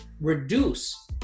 reduce